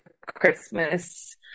Christmas